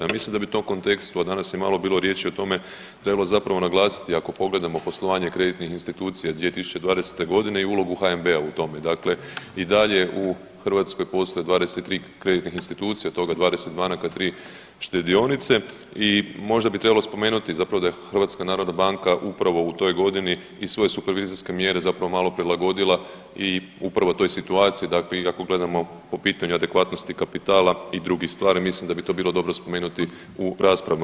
Mislim da bi u tom kontekstu, a danas je malo bilo riječi o tome, trebalo zapravo naglasiti, ako pogledamo poslovanje kreditnih institucija 2020. g. i ulogu HNB-a u tome, dakle i dalje u Hrvatskoj postoje 23 kreditnih institucija, od toga 20 banaka, 3 štedionice i možda bi trebalo spomenuti zapravo da je HNB upravo u toj godini i svoje supervizorske mjere zapravo malo prilagodila i upravo toj situaciji, dakle i ako gledamo po pitanju adekvatnosti kapitala i drugih stvari, mislim da bi to bilo dobro spomenuti u raspravama.